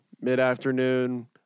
mid-afternoon